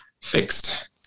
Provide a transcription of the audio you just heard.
fixed